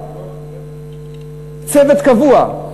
צוות קבוע,